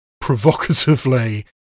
provocatively